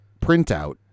printout